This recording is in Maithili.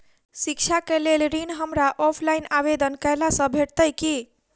शिक्षा केँ लेल ऋण, हमरा ऑफलाइन आवेदन कैला सँ भेटतय की?